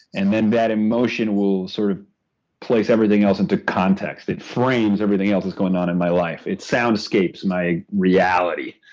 and then that emotion will sort of place everything else into context. it frames everything else that's going on in my life. it soundscapes my reality,